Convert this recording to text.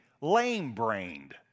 lame-brained